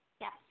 Yes